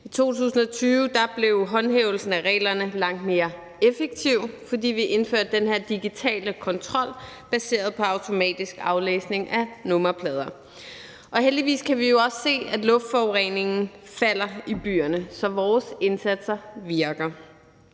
I 2020 blev håndhævelsen af reglerne langt mere effektiv, fordi vi indførte den her digitale kontrol baseret på automatisk aflæsning af nummerplader. Heldigvis kan vi jo også se, at luftforureningen falder i byerne, så vores indsatser virker.